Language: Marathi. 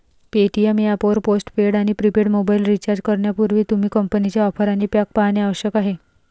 पेटीएम ऍप वर पोस्ट पेड आणि प्रीपेड मोबाइल रिचार्ज करण्यापूर्वी, तुम्ही कंपनीच्या ऑफर आणि पॅक पाहणे आवश्यक आहे